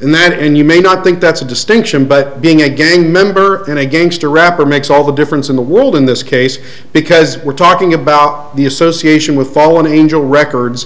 and then and you may not think that's a distinction but being a gang member and against a rapper makes all the difference in the world in this case because we're talking about the association with fallen angel records